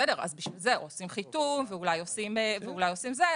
בשביל זה עושים חיתום ואולי עושים זה,